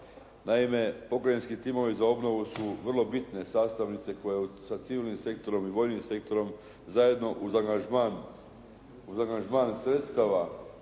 Naime, pokrajinski timovi za obnovu su vrlo bitno sastavnice koje sa civilnim sektorom i vojnim sektorom zajedno uz angažman sredstava